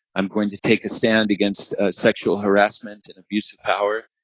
i'm going to take a stand against sexual harassment and abuse of power,